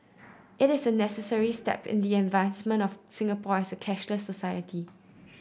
it is a necessary step in the advancement of Singapore as a cashless society